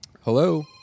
Hello